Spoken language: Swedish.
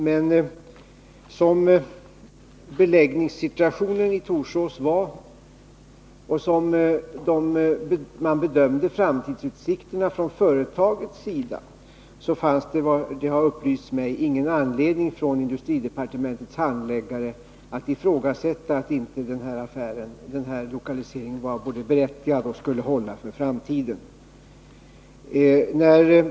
Men som beläggningen i Torsås var och som man bedömde framtidsutsikterna från företagets sida fanns det, efter vad det har upplysts mig, ingen anledning för industridepartementets handläggare att ifrågasätta att den här lokaliseringen både var berättigad och skulle hålla för framtiden.